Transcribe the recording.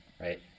right